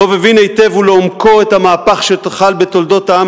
דב הבין היטב ולעומקו את המהפך שחל בתולדות העם